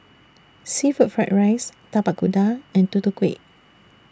Seafood Fried Rice Tapak Kuda and Tutu Kueh